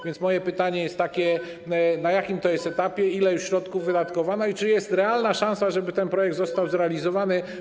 A więc moje pytanie jest takie: Na jakim to jest etapie, ile już środków wydatkowano i czy jest realna szansa, żeby ten projekt został zrealizowany?